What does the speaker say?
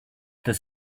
does